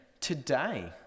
Today